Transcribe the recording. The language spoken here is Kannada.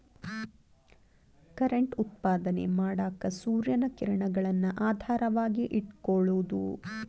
ಕರೆಂಟ್ ಉತ್ಪಾದನೆ ಮಾಡಾಕ ಸೂರ್ಯನ ಕಿರಣಗಳನ್ನ ಆಧಾರವಾಗಿ ಇಟಕೊಳುದು